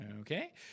Okay